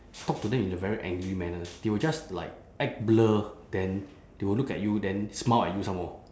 talk to them in a very angry manner they will just like act blur then they will look at you then smile at you some more